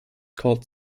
called